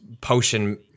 potion